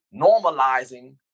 normalizing